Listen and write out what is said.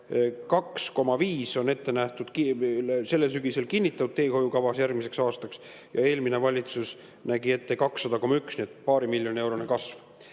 on ette nähtud sellel sügisel kinnitatud teehoiukavas järgmiseks aastaks. Eelmine valitsus nägi ette 200,1 [miljonit], nii et paari miljoni eurone kasv